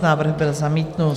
Návrh byl zamítnut.